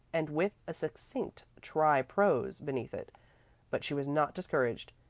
and with a succinct try prose, beneath it but she was not discouraged.